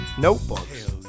notebooks